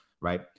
right